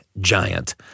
giant